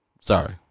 sorry